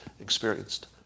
experienced